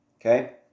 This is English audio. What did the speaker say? Okay